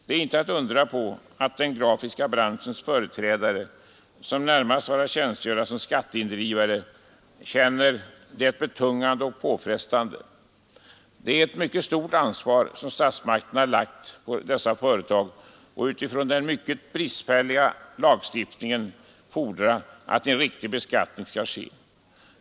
Det är inte att undra på att den grafiska branschens företrädare, som närmast har att tjänstgöra som skatteindrivare, känner det betungande och påfrestande. Det är ett mycket stort ansvar som statsmakterna lägger på dessa företag, när man utifrån den mycket bristfälliga lagstiftningen fordrar att en riktig beskattning skall ske.